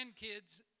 grandkids